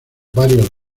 varias